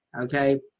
okay